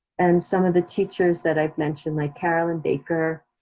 and some of the teachers that i've mentioned, like carolyn baker,